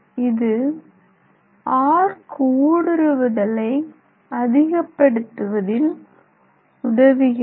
இது ஆர்க் ஊடுருவுதலை அதிகப்படுத்துவதில் உதவுகிறது